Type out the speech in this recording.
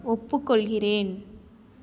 ஒப்புக்கொள்கிறேன்